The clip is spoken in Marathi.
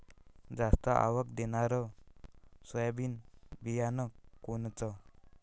जास्त आवक देणनरं सोयाबीन बियानं कोनचं?